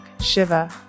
Shiva